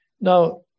Now